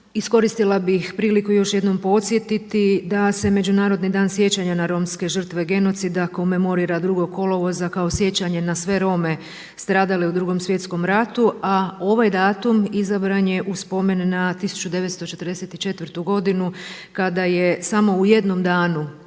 iskoristila bih priliku još jednom podsjetiti da se Međunarodni dan sjećanja na romske žrtve genocida komemorira 2. kolovoza kao sjećanje na sve Rome stradale u Drugom svjetskom ratu, a ovaj datum izabran je u spomen na 1944. godinu kada je samo u jednom danu